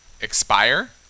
expire